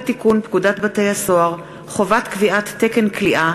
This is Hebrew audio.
הצעת חוק לתיקון פקודת בתי-הסוהר (חובת קביעת תקן כליאה),